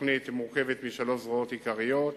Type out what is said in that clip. התוכנית מורכבת משלוש זרועות עיקריות: